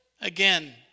again